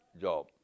job